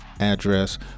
address